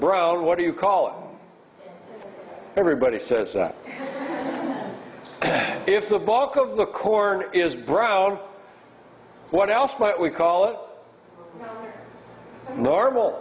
brown what do you call it everybody says that if the bulk of the corner is brown what else might we call it normal